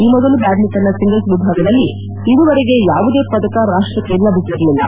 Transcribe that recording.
ಈ ಮೊದಲು ಬ್ಯಾಡ್ಲಿಂಟನ್ನ ಸಿಂಗಲ್ಲ್ ವಿಭಾಗದಲ್ಲಿ ಇದುವರೆಗೆ ಯಾವುದೇ ಪದಕ ರಾಷ್ಟಕ್ಕೆ ಲಭಿಸಿರಲಿಲ್ಲ